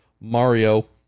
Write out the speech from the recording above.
Mario